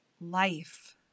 life